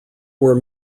were